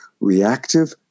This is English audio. reactive